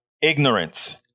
ignorance